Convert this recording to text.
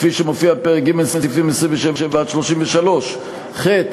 כפי שמופיעים בפרק ג' סעיפים 27 33, ח.